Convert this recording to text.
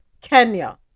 Kenya